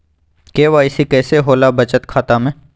KYC कैसे होला बचत खाता में?